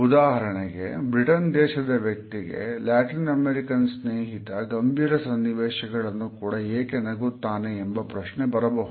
ಉದಾಹರಣೆಗೆ ಬ್ರಿಟನ್ ದೇಶದ ವ್ಯಕ್ತಿಗೆ ಲ್ಯಾಟಿನ್ ಅಮೆರಿಕನ್ ಸ್ನೇಹಿತ ಗಂಭೀರ ಸನ್ನಿವೇಶಗಳನ್ನು ಕೂಡ ಏಕೆ ನಗುತಾನೆ ಎಂಬ ಪ್ರಶ್ನೆ ಬರಬಹುದು